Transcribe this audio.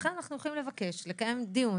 לכן אנחנו יכולים לבקש לקיים דיון,